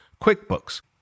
QuickBooks